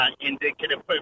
indicative